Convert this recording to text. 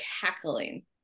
cackling